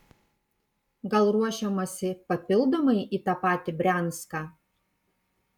gal ruošiamasi papildomai į tą patį brianską